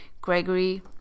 Gregory